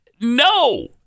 No